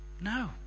no